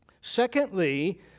Secondly